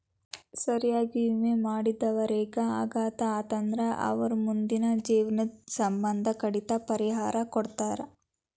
ಸರಿಯಾಗಿ ವಿಮೆ ಮಾಡಿದವರೇಗ ಅಪಘಾತ ಆತಂದ್ರ ಅವರ್ ಮುಂದಿನ ಜೇವ್ನದ್ ಸಮ್ಮಂದ ಕಡಿತಕ್ಕ ಪರಿಹಾರಾ ಕೊಡ್ತಾರ್